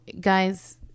guys